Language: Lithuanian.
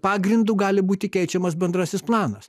pagrindu gali būti keičiamas bendrasis planas